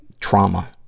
trauma